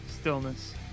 stillness